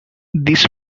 these